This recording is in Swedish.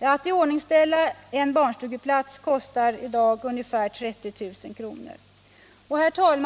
Att iordningsställa en barnstugeplats kostar i dag ca 30 000 kr. Herr talman!